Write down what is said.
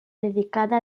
dedicada